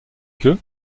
que